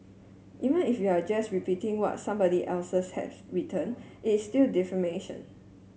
even if you are just repeating what somebody else has written it's still defamation